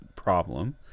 problem